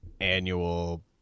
annual